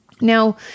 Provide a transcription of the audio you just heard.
Now